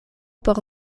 por